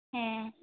ᱦᱮᱸ